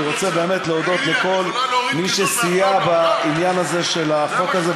אני רוצה באמת להודות לכל מי שסייע בעניין הזה של החוק הזה.